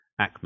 Ackman